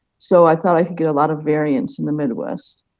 so i thought i could get a lot of variance in the midwest.